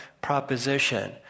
proposition